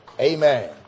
Amen